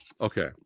okay